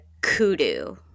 kudu